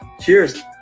cheers